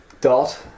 dot